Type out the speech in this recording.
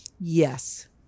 Yes